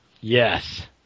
Yes